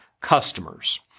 customers